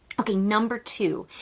okay, number two.